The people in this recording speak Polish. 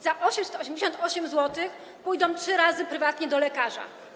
Za 888 zł pójdą trzy razy prywatnie do lekarza.